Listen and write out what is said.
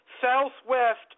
southwest